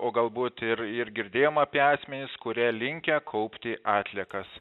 o galbūt ir ir girdėjom apie asmenis kurie linkę kaupti atliekas